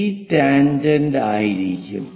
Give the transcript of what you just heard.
T tangent ആയിരിക്കും